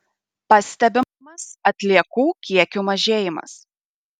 pastebimas atliekų kiekių mažėjimas